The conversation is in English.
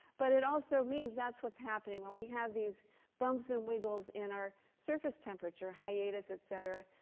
but it also means that's what's happening. when we have these bumps and wiggles in our surface temperature, hiatus, et cetera,